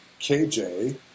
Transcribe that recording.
KJ